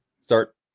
start